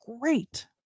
great